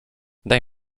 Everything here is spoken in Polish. daj